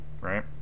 right